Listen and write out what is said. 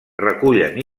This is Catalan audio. recullen